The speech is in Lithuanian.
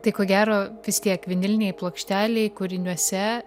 tai ko gero vis tiek vinilinėj plokštelėj kūriniuose